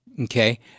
Okay